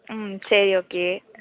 ம் சரி ஓகே